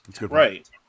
Right